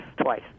twice